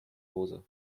hose